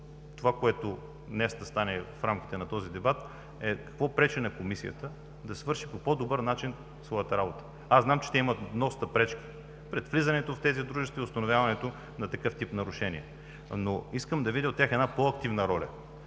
това, което днес не стане в рамките на този дебат, то да не пречи на Комисията да свърши по по-добър начин своята работа. Аз знам, че те имат доста пречки пред влизането в тези дружества и установяването на такъв тип нарушения, но искам да видя от тях една по-активна роля